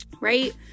right